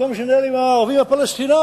במקום לשבת עם הערבים והפלסטינים,